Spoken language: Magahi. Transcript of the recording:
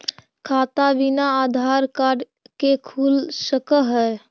खाता बिना आधार कार्ड के खुल सक है?